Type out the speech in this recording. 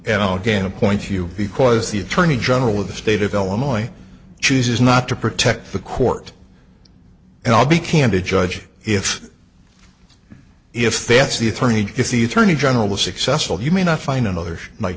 all again a point you because the attorney general of the state of illinois chooses not to protect the court and i'll be candid judge if if that's the attorney if the attorney general was successful you may not find another night